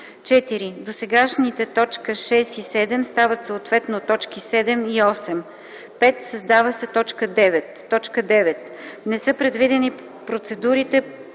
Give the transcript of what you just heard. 4. Досегашните т. 6 и 7 стават съответно т. 7 и 8. 5. Създава се т. 9: „9. не са проведени процедурите